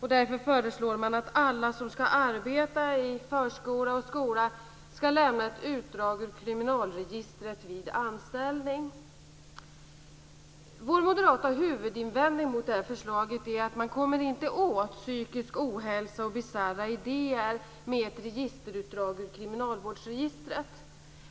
Därför föreslår man att alla som ska arbeta i förskola och skola ska lämna ett utdrag ur kriminalregistret vid anställning. Vår moderata huvudinvändning mot detta förslag är att man inte kommer åt psykisk ohälsa och bisarra idéer med ett registerutdrag ur kriminalvårdsregistret.